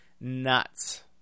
nuts